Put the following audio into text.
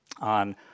on